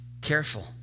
careful